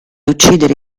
uccidere